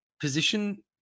position